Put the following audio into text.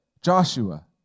Joshua